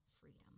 freedom